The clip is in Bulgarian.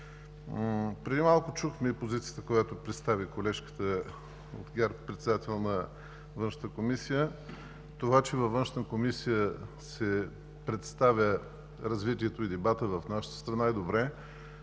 Преди малко чухме позицията, която представи колежката от ГЕРБ, председател на Външната комисия. Това, че във Външната комисия се представят развитието и дебатът в нашата страна, е добре,